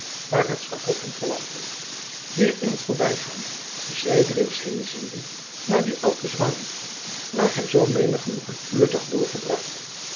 waar het schavot hem verwachtte hier in t voorbygaan zijdelings heenziende naar die oude zwaan waar hy zoo menig genoegelijk uurtjen had doorgebracht